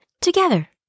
together